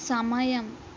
సమయం